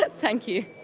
but thank you.